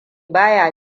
baya